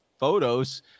Photos